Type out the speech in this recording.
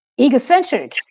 egocentric